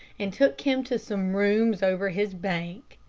and took him to some rooms over his bank,